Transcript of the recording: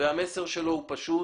המסר שלו הוא כזה: